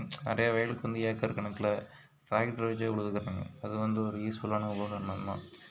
நிறையா வயலுக்கு வந்து ஏக்கர் கணக்கில் டிராக்டர் வச்சு உழுதுக்குறாங்க அது வந்து ஒரு யூஸ்ஃபுல்லான உபகரணம் தான்